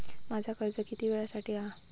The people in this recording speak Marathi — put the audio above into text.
माझा कर्ज किती वेळासाठी हा?